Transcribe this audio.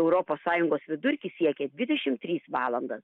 europos sąjungos vidurkis siekia dvidešimt tris valandas